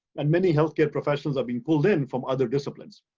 and many healthcare professionals are being pulled in from other disciplines.